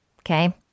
Okay